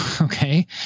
Okay